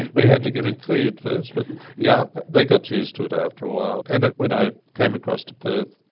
we had to get it cleared first, but yeah they got used to it after a while. and when i came across to perth,